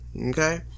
okay